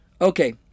Okay